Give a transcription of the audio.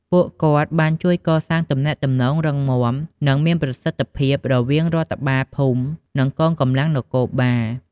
ពួកគាត់បានជួយកសាងទំនាក់ទំនងរឹងមាំ និងមានប្រសិទ្ធភាពរវាងរដ្ឋបាលភូមិ និងកងកម្លាំងនគរបាល។